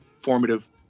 formative